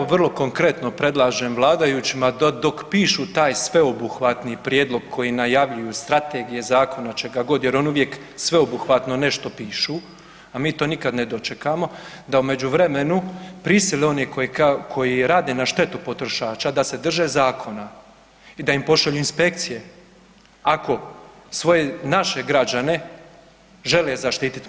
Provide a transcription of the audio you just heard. Pa evo vrlo konkretno predlažem vladajućima da dok pišu taj sveobuhvatni prijedlog koji najavljuju strategije, zakona čega god, jer oni uvijek sveobuhvatno nešto pišu, a mi to nikad ne dočekamo, da u međuvremenu prisile one koji rade na štetu potrošača da se drže zakona i da im pošalju inspekcije ako svoje, naše građane žele zaštititi.